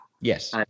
Yes